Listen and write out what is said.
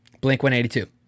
Blink-182